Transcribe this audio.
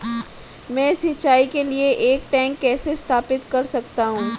मैं सिंचाई के लिए एक टैंक कैसे स्थापित कर सकता हूँ?